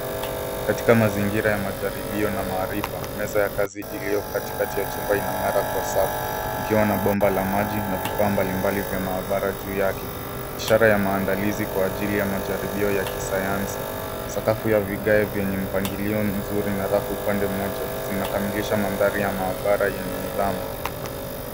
Katika mazingira ya majaribio na maarifa, meza ya kazi iliyo katikati ya chumba inang'ara kwa safi ikiwa na bomba la maji na vifaa mbalimbali vya mahabara juu yake. Ishara ya maandalizi kwa ajili ya majaribio ya kisayansi. Sakafu ya vigae vyenye mpangilio mzuri na rafu upande mmoja zinakamilisha mandhari ya mahabara yenye nidhamu.